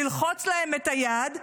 ללחוץ להם את היד,